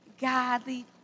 godly